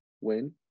win